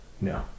No